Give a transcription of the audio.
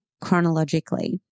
chronologically